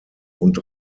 und